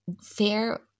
fair